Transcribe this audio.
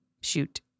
Shoot